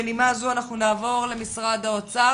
בנימה זו, אנחנו נעבור למשרד האוצר.